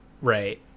Right